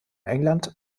england